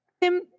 Tim